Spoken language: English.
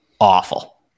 awful